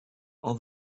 all